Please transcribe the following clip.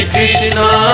Krishna